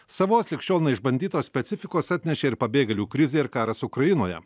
savos lig šiol neišbandytos specifikos atnešė ir pabėgėlių krizė ir karas ukrainoje